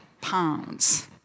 pounds